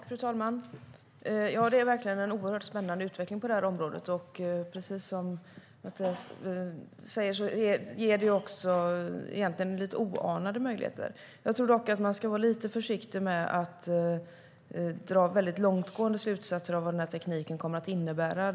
Fru talman! Det är verkligen en spännande utveckling på det här området. Precis som Mathias Sundin säger ger det oanade möjligheter. Jag tror dock att man ska vara lite försiktig med att dra långtgående slutsatser om vad den här tekniken kommer att innebära.